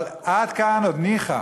עד כאן עוד ניחא.